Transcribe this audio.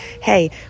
hey